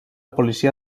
policia